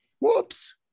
whoops